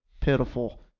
pitiful